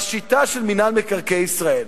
בשיטה של מינהל מקרקעי ישראל.